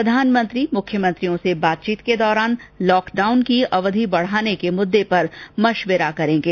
प्रधानमंत्री मुख्यमंत्रियों से बातचीत के दौरान लॉकडाउन की अवधि बढाने के मुद्दे पर मशविरा करेंगे